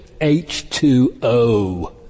H2O